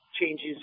changes